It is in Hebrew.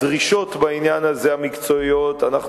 הדרישות המקצועיות בעניין הזה,